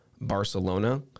Barcelona